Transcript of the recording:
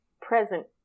present